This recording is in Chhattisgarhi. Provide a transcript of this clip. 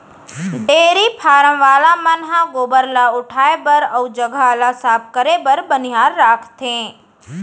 डेयरी फारम वाला मन ह गोबर ल उठाए बर अउ जघा ल साफ करे बर बनिहार राखथें